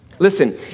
Listen